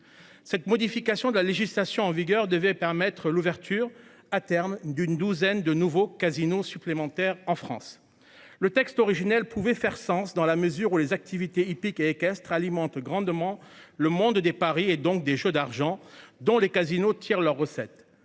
cette modification de la législation en vigueur, devait permettre l'ouverture à terme d'une douzaine de nouveaux casinos supplémentaire en France. Le texte originel pouvait faire sens dans la mesure où les activité hippique et équestre alimente grandement le monde des paris, et donc des jeux d'argent dont les casinos tirent leurs recettes